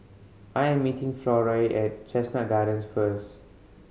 I am meeting Florie at Chestnut Gardens first